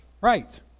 right